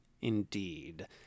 Indeed